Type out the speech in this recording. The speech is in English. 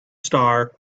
star